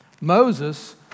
Moses